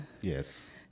Yes